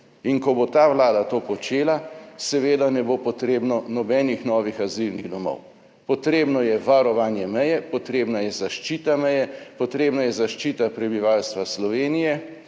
In ko bo ta Vlada to počela seveda ne bo potrebno nobenih novih azilnih domov, potrebno je varovanje meje, potrebna je zaščita meje, potrebna je zaščita prebivalstva Slovenije,